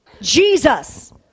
Jesus